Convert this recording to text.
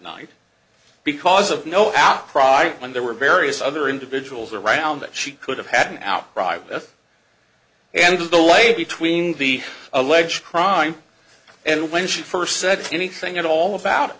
night because of no outcry when there were various other individuals around that she could have had an outcry with and of the light between the alleged crime and when she first said anything at all about i